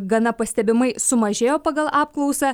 gana pastebimai sumažėjo pagal apklausą